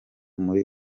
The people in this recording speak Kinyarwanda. muri